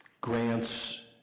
grants